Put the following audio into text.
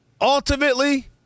Ultimately